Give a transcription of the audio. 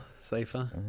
safer